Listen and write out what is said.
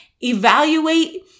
Evaluate